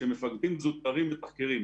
נאמר שמפקדים זוטרים מתחקרים.